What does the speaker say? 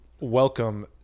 welcome